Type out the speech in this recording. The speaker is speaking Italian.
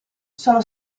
sono